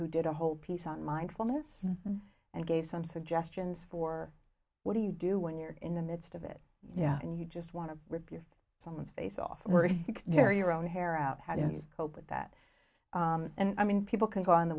who did a whole piece on mindfulness and gave some suggestions for what do you do when you're in the midst of it yeah and you just want to rip your someone's face off were there your own hair out how do you cope with that and i mean people can go on the